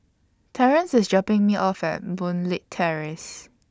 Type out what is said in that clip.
Terence IS dropping Me off At Boon Leat Terrace